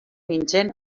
nintzen